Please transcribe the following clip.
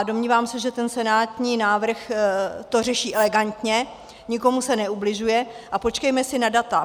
Domnívám se, že senátní návrh to řeší elegantně, nikomu se neubližuje, a počkejme si na data.